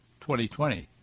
2020